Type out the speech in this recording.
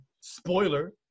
Spoiler